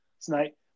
tonight